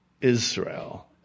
Israel